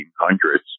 1800s